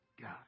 God